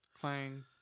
Clang